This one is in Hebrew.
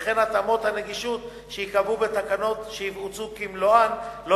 וכן שהתאמות הנגישות שייקבעו בתקנות יבוצעו במלואן לא